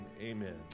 amen